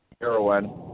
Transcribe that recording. heroin